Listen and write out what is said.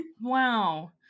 Wow